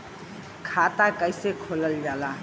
खाता कैसे खोलल जाला?